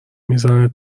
میزنه